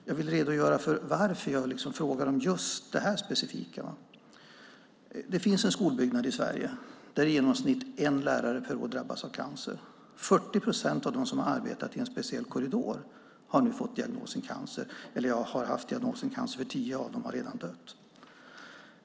Jag vill redogöra för varför jag frågar om just detta specifika. Det finns en skolbyggnad i Sverige där i genomsnitt en lärare per år drabbas av cancer. Av dem som arbetat i en speciell korridor har 40 procent nu diagnosen cancer eller har haft diagnosen cancer, eftersom tio av dem redan har dött.